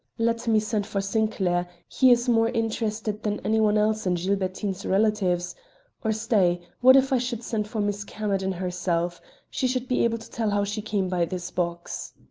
let me send for sinclair he is more interested than any one else in gilbertine's relatives or stay, what if i should send for miss camerden herself? she should be able to tell how she came by this box.